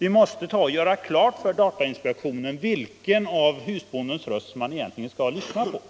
Vi måste göra klart för datainspektionen vilken husbondes röst den verkligen skall lyssna på.